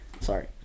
Sorry